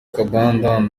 kambanda